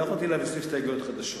לא יכולתי להביא הסתייגויות חדשות.